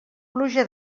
pluja